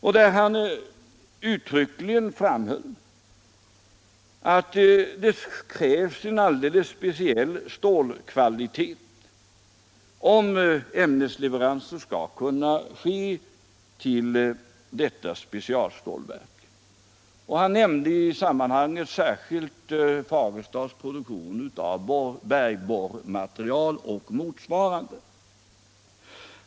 Han framhöll uttryckligen att det krävs en alldeles speciell stålkvalitet, om ämnesleveranser skall kunna ske till detta specialstålverk. Han nämnde särskilt Fagerstas produktion av bergborrmaterial och motsvarande.